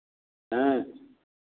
हाँ